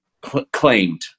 claimed